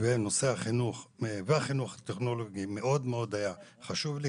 ונושא החינוך באופן כללי והחינוך הטכנולוגי מאוד היה חושב לי,